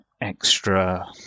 extra